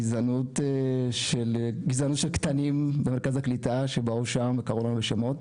גזענות של קטנים במרכז הקליטה שבאו לשם וקראו לנו בשמות,